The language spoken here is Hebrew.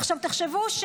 עכשיו תחשבו,